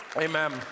amen